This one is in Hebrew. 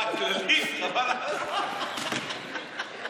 ובמקרה הזה הם בחרו את הרשימה המשותפת כרשת הביטחון שלהם.